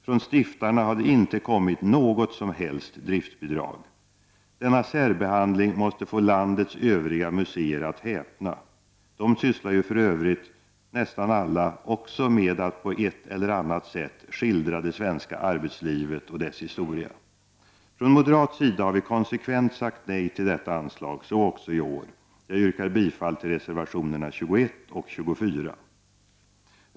Från stiftarna har det inte kommit något som helst driftsbidrag. Denna särbehandling måste få landets övriga museer att häpna. De sysslar ju för övrigt nästan alla på ett eller annat sätt med att skildra det svenska arbetslivet och dess historia. Från moderat sida har vi konsekvent sagt nej till detta anslag — så också i år. Jag yrkar bifall till reservationerna 21 och 24.